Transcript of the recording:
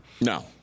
No